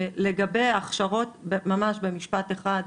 לגבי ההכשרות, ממש במשפט אחד.